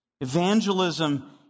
evangelism